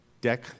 deck